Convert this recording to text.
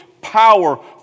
power